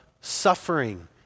suffering